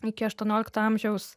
iki aštuoniolikto amžiaus